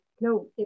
no